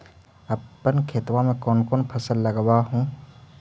अपन खेतबा मे कौन कौन फसल लगबा हू?